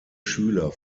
schüler